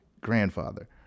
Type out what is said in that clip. grandfather